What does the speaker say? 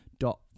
dot